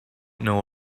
know